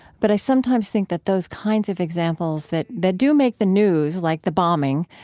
but i sometimes think that those kinds of examples that that do make the news, like the bombing,